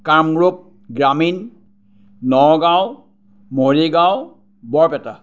কামৰূপ গ্ৰামীণ নগাঁও মৰিগাঁও বৰপেটা